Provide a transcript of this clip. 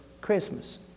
Christmas